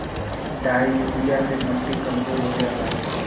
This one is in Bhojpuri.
डाइ यूरिया से मट्टी कमजोर हो जाला